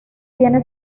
tiene